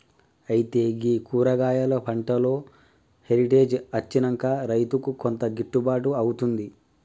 అయితే గీ కూరగాయలు పంటలో హెరిటేజ్ అచ్చినంక రైతుకు కొంత గిట్టుబాటు అవుతుంది